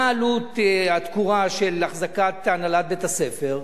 מה עלות התקורה של החזקת הנהלת בית-הספר,